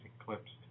eclipsed